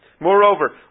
Moreover